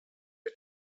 mit